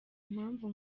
impamvu